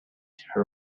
her